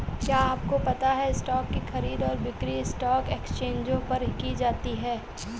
क्या आपको पता है स्टॉक की खरीद और बिक्री स्टॉक एक्सचेंजों पर की जाती है?